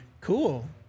Cool